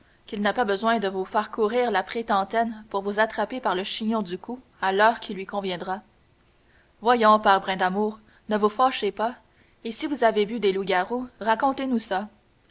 qu'il n'a pas besoin de vous faire courir la prétentaine pour vous attraper par le chignon du cou à l'heure qui lui conviendra voyons père brindamour ne vous fâchez pas et si vous avez vu des loups-garous racontez-nous ça